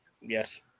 yes